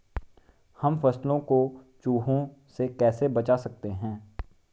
हम फसलों को चूहों से कैसे बचा सकते हैं?